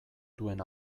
duen